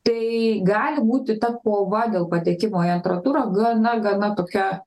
tai gali būti ta kova dėl patekimo į antrą turą gana gana tokia